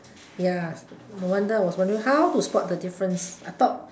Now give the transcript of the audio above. ya no wonder I was wondering how to spot the difference I thought